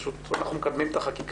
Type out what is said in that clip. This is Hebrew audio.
אנחנו פשוט מקדמים את החקיקה